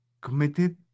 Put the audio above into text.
committed